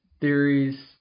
theories